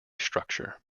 structure